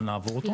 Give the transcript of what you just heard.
אבל נעבור אותו.